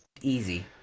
Easy